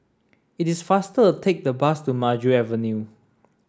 it is faster to take the bus to Maju Avenue